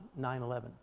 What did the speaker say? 9-11